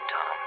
Tom